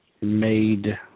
made